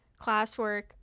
classwork